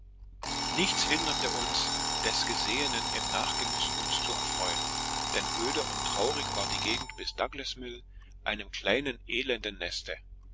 nichts hinderte uns des gesehenen im nachgenuß uns zu erfreuen denn öde und traurig war die gegend bis douglasmill einem kleinen elenden neste